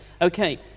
okay